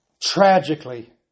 tragically